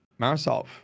Marisov